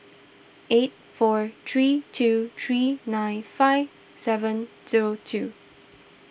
eight four three two three nine five seven zero two